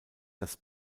dass